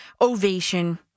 ovation